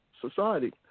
society